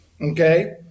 Okay